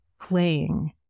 playing